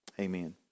Amen